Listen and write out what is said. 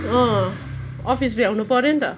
अँ अफिस भ्याउनु पऱ्यो नि त